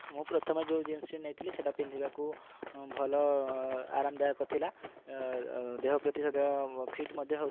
ମୁଁ ପ୍ରଥମେ ଯେଉଁ ଜିନିଷ ନେଇଥିଲି ସେଇଟା ପିନ୍ଧିବାକୁ ଭଲ ଆରାମଦାୟକ ଥିଲା ଦେହ ପ୍ରତି ସେତେ ଫିଟ୍ ମଧ୍ୟ ହେଉଥିଲା